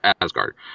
Asgard